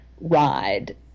ride